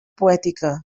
poètica